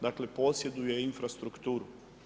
Dakle, posjeduje infrastrukturu.